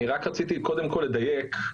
אני רק רציתי קודם כל לדייק.